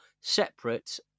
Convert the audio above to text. separate